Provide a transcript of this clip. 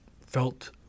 felt